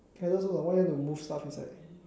why you want to move stuff inside